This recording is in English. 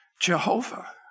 Jehovah